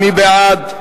מי בעד?